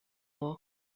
war